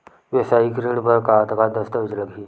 वेवसायिक ऋण बर का का दस्तावेज लगही?